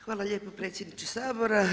Hvala lijepo predsjedniče Sabora.